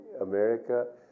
America